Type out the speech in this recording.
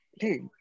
Hey